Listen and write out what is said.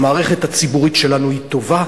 המערכת הציבורית שלנו היא טובה,